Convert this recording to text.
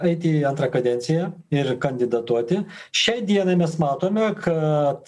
aiti į antrą kadenciją ir kandidatuoti šiai dienai mes matome kad